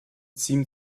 seemed